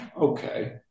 okay